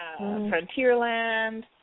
Frontierland